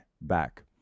back